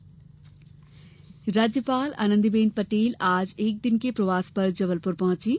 राज्यपाल राज्यपाल आनंदी बेन पटेल आज एक निद के प्रवास पर जबलपुर पहुंचीं